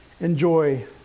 enjoy